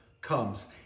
comes